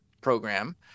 program